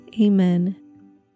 Amen